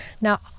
Now